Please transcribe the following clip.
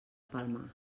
palmar